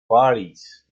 parties